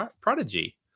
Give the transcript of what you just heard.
Prodigy